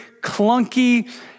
clunky